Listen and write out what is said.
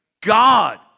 God